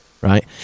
right